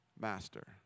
master